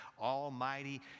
almighty